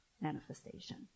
manifestation